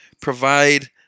provide